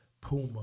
Puma